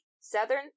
southern